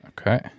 okay